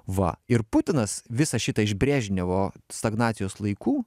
va ir putinas visą šitą iš brežnevo stagnacijos laikų